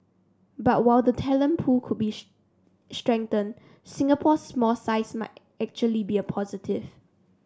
but while the talent pool could be strengthened Singapore's small size might actually be a positive